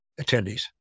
attendees